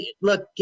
look